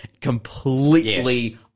completely